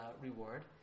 reward